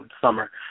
summer